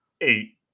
eight